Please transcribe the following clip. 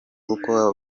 kuko